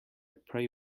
prey